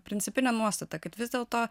principinę nuostatą kad vis dėlto